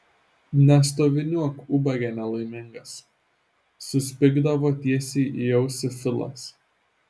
nestoviniuok ubage nelaimingas suspigdavo tiesiai į ausį filas